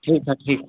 ठीक है ठीक